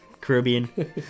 Caribbean